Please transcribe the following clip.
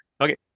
Okay